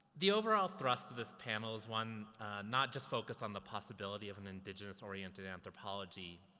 the overall thrust of this panel is one not just focused on the possibility of an indigenous-oriented anthropology,